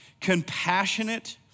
compassionate